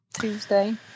Tuesday